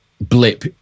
blip